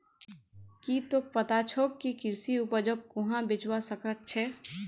की तोक पता छोक के कृषि उपजक कुहाँ बेचवा स ख छ